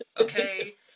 okay